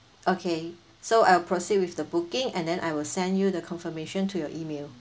okay so I'll proceed with the booking and then I will send you the confirmation to your email